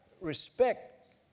respect